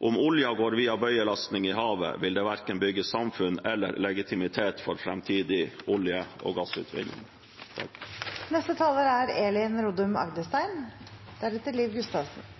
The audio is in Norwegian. Dersom oljen går via bøyelasting i havet, vil det verken bygge samfunn eller legitimitet for framtidig olje- og gassutvinning. Det fremste målet for regjeringen er